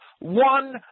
one